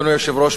אדוני היושב-ראש,